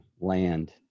land